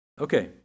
Okay